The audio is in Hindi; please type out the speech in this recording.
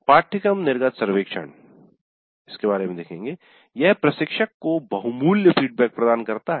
पाठ्यक्रम निर्गत सर्वेक्षण यह प्रशिक्षक को बहुमूल्य फीडबैक प्रदान करता है